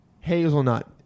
Hazelnut